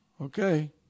Okay